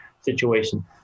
situation